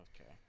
Okay